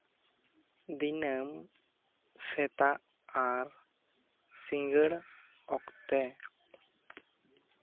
ᱫᱤᱱᱟᱹᱢ ᱥᱮᱛᱟᱜ ᱟᱨ ᱥᱤᱸᱜᱟᱹᱬ ᱚᱠᱛᱮ